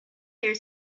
here